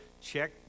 check